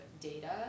data